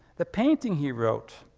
the painting, he wrote,